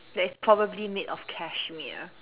that is probably made of cashmere